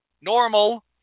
normal